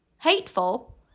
hateful